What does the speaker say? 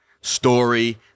Story